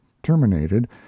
terminated